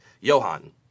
Johan